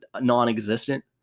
non-existent